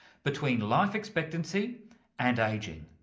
between life expectancy and ageing.